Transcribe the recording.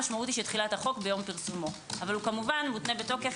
המשמעות היא שתחילת החוק ביום פרסומו אבל כמובן מותנה בתוקף